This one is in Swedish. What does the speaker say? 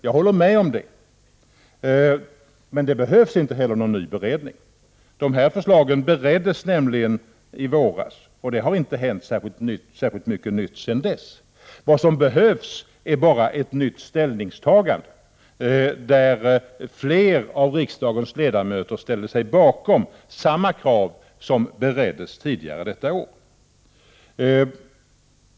Jag håller med om det, men det behövs inte heller någon ny beredning eftersom dessa förslag bereddes i våras och eftersom det inte har hänt särskilt mycket nytt sedan dess. Vad som behövs är bara ett nytt ställningstagande där fler av riksdagens ledamöter ställer sig bakom samma krav som bereddes tidigare detta år.